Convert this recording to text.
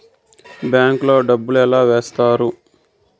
bank లో డబ్బులు ఎలా వేస్తారు